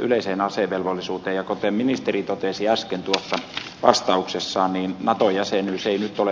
yleiseen asevelvollisuuteen ja kuten ministeri totesi äsken vastauksessaan nato jäsenyys ei nyt ole ajankohtainen